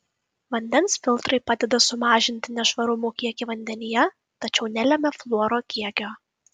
vandens filtrai padeda sumažinti nešvarumų kiekį vandenyje tačiau nelemia fluoro kiekio